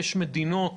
יש מדינות